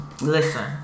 listen